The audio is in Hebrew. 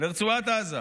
לרצועת עזה.